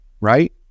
right